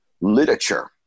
literature